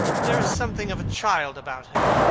there is something of a child about her.